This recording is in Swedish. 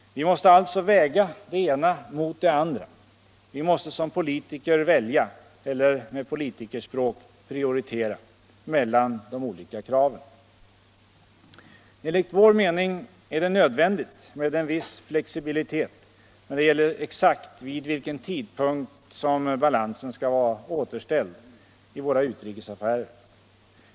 Vi måste alltså väga det ena mot det andra. Vi måste som politiker välja — eller med politikerspråk ”Pprioritera” — mellan de olika kraven. Enligt vår mening är det nödvändigt med en viss flexibilitet när det gäller exakt vid vilken tidpunkt som balansen skall vara återställd i våra utrikesaffärer.